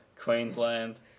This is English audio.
Queensland